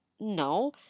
no